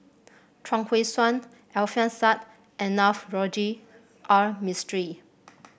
Chuang Hui Tsuan Alfian Sa'at and Navroji R Mistri